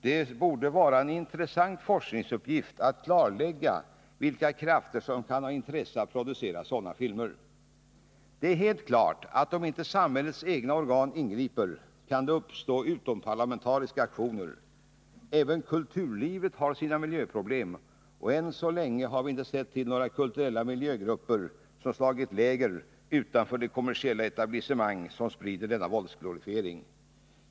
Det borde vara en intressant forskningsuppgift att klarlägga vilka krafter som kan ha intresse av att producera sådana filmer. Det är helt klart att om inte samhällets egna organ ingriper kan det uppstå utomparlamentariska aktioner. Även kulturlivet har sina miljöproblem, och än så länge har vi inte sett till några kulturella miljögrupper som slagit upp sina tält utanför det kommersiella etablissemang som sprider denna våldsglorifiering.